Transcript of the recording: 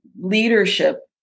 leadership